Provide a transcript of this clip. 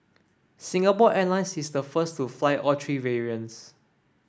Singapore Airlines is the first to fly all three variants